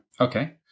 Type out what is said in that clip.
Okay